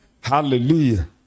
hallelujah